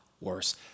worse